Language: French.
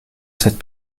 cette